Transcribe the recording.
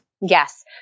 Yes